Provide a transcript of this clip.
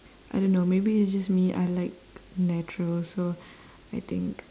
I don't know maybe it's just me I like natural so I think